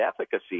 efficacy